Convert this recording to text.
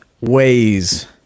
ways